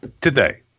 today